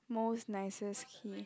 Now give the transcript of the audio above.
most nicest key